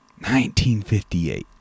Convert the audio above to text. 1958